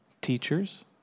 teachers